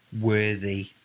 worthy